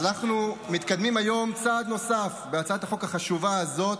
אז אנחנו מתקדמים היום צעד נוסף בהצעת החוק החשובה הזאת,